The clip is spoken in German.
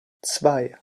zwei